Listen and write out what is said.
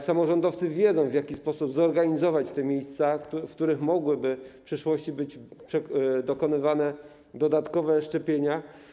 Samorządowcy wiedzą, w jaki sposób zorganizować te miejsca, w których mogłyby w przyszłości być dokonywane dodatkowe szczepienia.